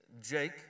Jake